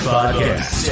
Podcast